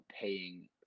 paying